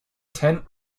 tent